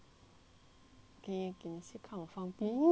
也是看我放屁